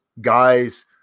guys